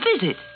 visit